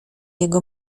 jego